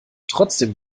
trotzdem